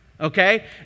Okay